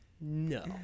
No